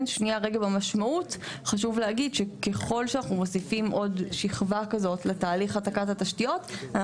והמשמעות היא שככל שאנחנו מוסיפים עוד שכבה כזאת לתהליך העתקת התשתיות,